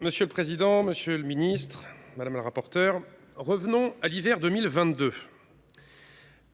Monsieur le président, monsieur le ministre délégué, mes chers collègues, revenons à l’hiver 2022.